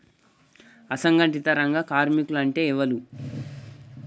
అసంఘటిత రంగ కార్మికులు అంటే ఎవలూ?